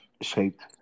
shaped